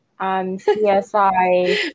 CSI